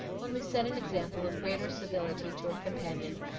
only set an example of greater civility to her companion,